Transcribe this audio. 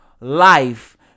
life